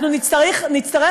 נצטרך,